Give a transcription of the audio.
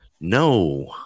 No